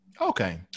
Okay